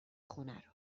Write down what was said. خونه